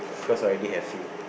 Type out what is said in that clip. cause I already have you